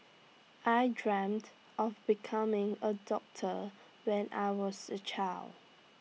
I dreamt of becoming A doctor when I was A child